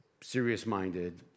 serious-minded